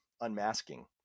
unmasking